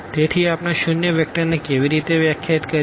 તેથી આપણે શૂન્ય વેક્ટરને કેવી રીતે વ્યાખ્યાયિત કરીએ